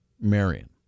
Marion